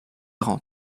rend